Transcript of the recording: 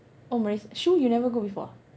oh Marissa Shu you never go before ah